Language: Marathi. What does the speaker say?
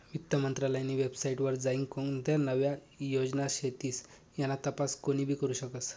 वित्त मंत्रालयनी वेबसाईट वर जाईन कोणत्या नव्या योजना शेतीस याना तपास कोनीबी करु शकस